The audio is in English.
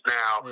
now